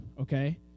Okay